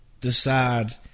decide